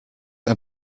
ein